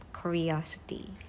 curiosity